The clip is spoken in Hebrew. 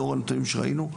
לאור הנתונים שראינו,